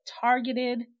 targeted